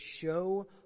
show